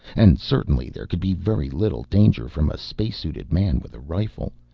and certainly there could be very little danger from a spacesuited man with a rifle,